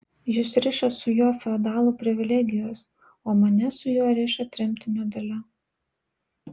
jus riša su juo feodalų privilegijos o mane su juo riša tremtinio dalia